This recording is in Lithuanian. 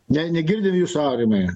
ne negirdim jūsų aurimai